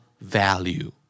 value